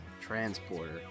transporter